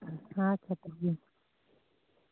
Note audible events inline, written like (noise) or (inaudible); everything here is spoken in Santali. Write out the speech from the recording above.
ᱟᱪᱪᱷᱟ ᱴᱷᱤᱠ ᱜᱮᱭᱟ (unintelligible)